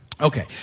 okay